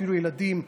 אפילו ילדים,